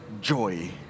joy